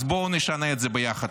אז בואו נשנה את זה ביחד.